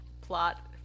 plot